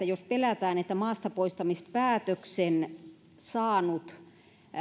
jos pelätään että maastapoistamispäätöksen saanut